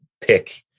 pick